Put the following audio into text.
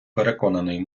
переконаний